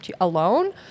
alone